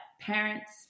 parents